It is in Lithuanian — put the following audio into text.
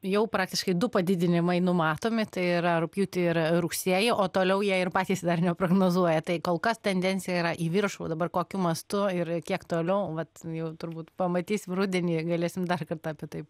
jau praktiškai du padidinimai numatomi tai yra rugpjūtį ir rugsėjį o toliau jie ir patys dar neprognozuoja tai kol kas tendencija yra į viršų o dabar kokiu mastu ir kiek toliau vat jau turbūt pamatysim rudenį galėsim dar kartą apie tai